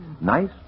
Nice